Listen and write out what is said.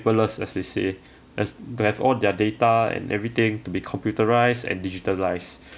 paperless as they say as they have all their data and everything to be computerised and digitalised